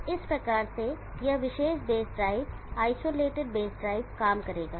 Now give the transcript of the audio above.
तो इस प्रकार से यह विशेष base drive isolated base drive काम करेगा